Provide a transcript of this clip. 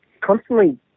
constantly